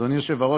אדוני היושב-ראש,